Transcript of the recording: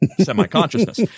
semi-consciousness